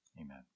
Amen